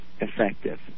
effective